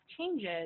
changes